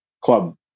club